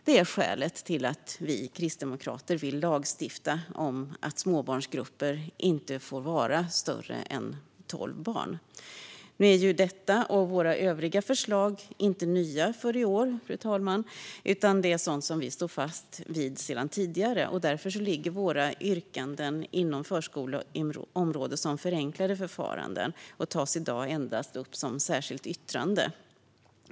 Det är skälet till att vi kristdemokrater vill lagstifta om att småbarnsgrupper inte ska få vara större än tolv barn. Nu är detta och våra övriga förslag inte nya för i år, utan det är sådant som vi står fast vid sedan tidigare. Därför ligger våra yrkanden inom förskoleområdet som förenklade förfaranden och tas i dag upp endast som ett särskilt yttrande.